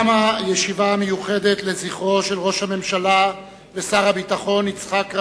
תמה הישיבה המיוחדת לזכרו של ראש הממשלה ושר הביטחון יצחק רבין,